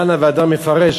תנא ואדם מפרש,